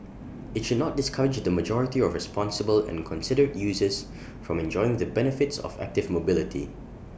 IT should not discourage the majority of responsible and considerate users from enjoying the benefits of active mobility